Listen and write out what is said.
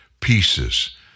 pieces